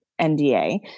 NDA